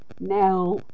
Now